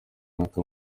mwaka